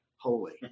holy